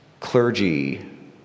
clergy